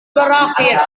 berakhir